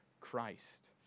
Christ